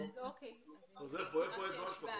אז איפה העזרה שלכם?